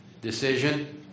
decision